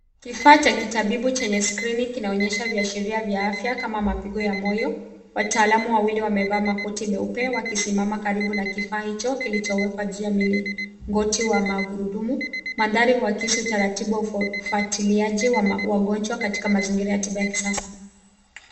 Kifaa cha kitabibu chenye skrini kinaonyesha viashiria vya afya kama mapigo ya moyo. Wataalamu wawili wamevaa makoti meupe, wakisimama karibu na kifaa hicho, kilichowekwa juu ya mlingoti wa magurudumu. Mandhari huakisi utaratibu wa ufuatiliaji wa wagonjwa katika mazingira ya tiba ya kisasa.